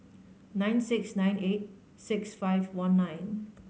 nine six nine eight six five one nine